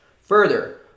Further